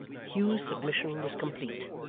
hugh's submission was complete.